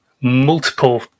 Multiple